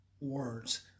words